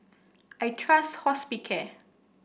I trust Hospicare